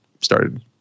started